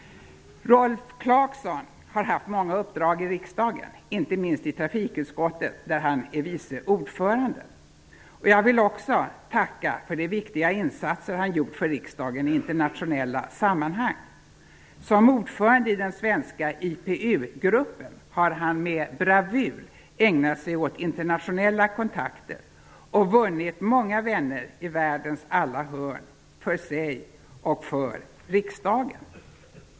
Rolf Clarkson har haft många uppdrag i riksdagen, inte minst i trafikutskottet, där han är vice ordförande. Jag vill också tacka för de viktiga insatser som han har gjort för riksdagen i internationella sammanhang. Som ordförande i den svenska IPU-gruppen har han med bravur ägnat sig åt internationella kontakter och vunnit många vänner i världens alla hörn för sig och för riksdagen.